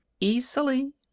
Easily